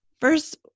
First